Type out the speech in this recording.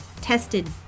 tested